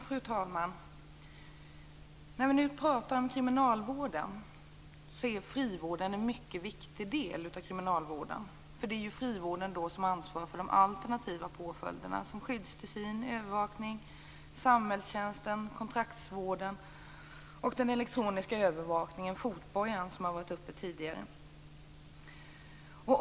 Fru talman! När vi nu pratar om kriminalvården är frivården en mycket viktig del. Det är frivården som har ansvar för de alternativa påföljderna, som skyddstillsyn, övervakning, samhällstjänst, kontraktsvård och elektronisk övervakning med fotboja, som har tagits upp tidigare.